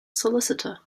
solicitor